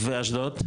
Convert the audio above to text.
ואשדוד?